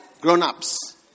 grown-ups